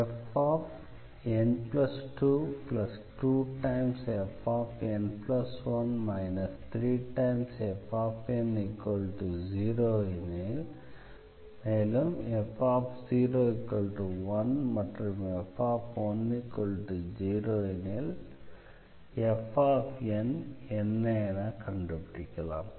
fn22fn1 3fn0 f01 f10 எனும்போது fnகண்டுபிடிக்கலாம்